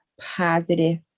positive